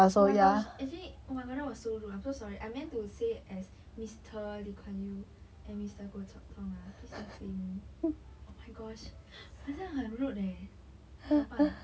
oh my gosh actually oh my god that was so rude I'm so sorry I meant to say as mister lee kuan yew and mister goh chok tong ah please don't flame me oh my gosh 好像很 rude eh 怎么办